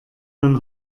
man